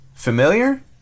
familiar